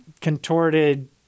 contorted